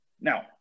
Now